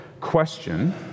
question